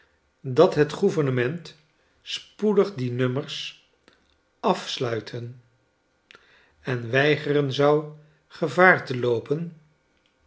dat het gouvernement spoedig die nummers afsluiten en weigeren zou gevaar te loopen